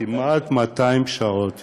כמעט 200 שעות,